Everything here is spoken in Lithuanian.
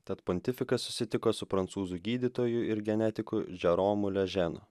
tad pontifikas susitiko su prancūzų gydytoju ir genetiku džeromu leženu